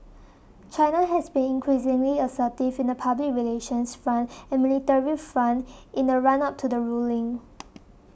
China has been increasingly assertive in the public relations front and military front in the run up to the ruling